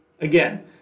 Again